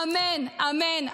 אמן, אמן.